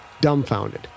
dumbfounded